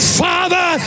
father